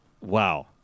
Wow